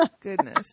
goodness